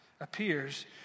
appears